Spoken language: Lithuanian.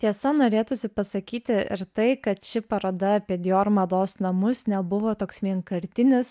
tiesa norėtųsi pasakyti ir tai kad ši paroda apie dior mados namus nebuvo toks vienkartinis